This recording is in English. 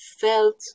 felt